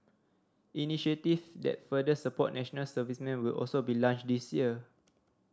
initiative that further support national servicemen will also be launched this year